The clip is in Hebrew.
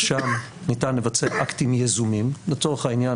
ששם ניתן לבצע אקטים יזומים לצורך העניין,